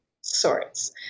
sorts